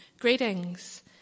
Greetings